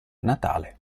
natale